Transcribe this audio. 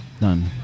none